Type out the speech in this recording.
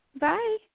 Bye